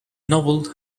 novel